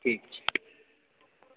ठीक छै